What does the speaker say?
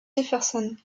jefferson